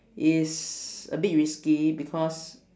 is a bit risky because